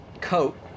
coat